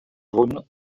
jaunes